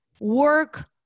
work